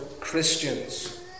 Christians